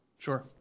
Sure